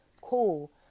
Cool